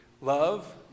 Love